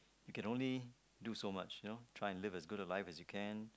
you can only do so much you know try and live as good a life as you can